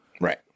Right